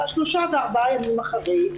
אלא שלושה וארבעה ימים אחרי,